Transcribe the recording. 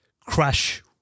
Crash